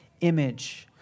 image